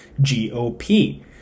gop